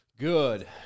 Good